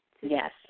Yes